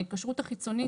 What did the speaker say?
ההתקשרות החיצונית,